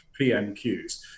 PMQs